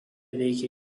veikia